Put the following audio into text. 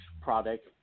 product